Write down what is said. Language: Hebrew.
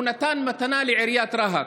הוא נתן מתנה לעיריית רהט: